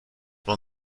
will